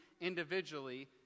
individually